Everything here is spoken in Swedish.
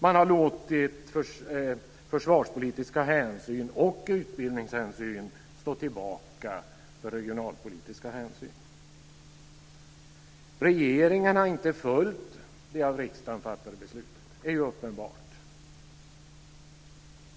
Man har låtit försvarspolitiska hänsyn och utbildningshänsyn stå tillbaka för regionalpolitiska hänsyn. Regeringen har inte följt det av riksdagen fattade beslutet, det är uppenbart.